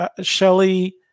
Shelly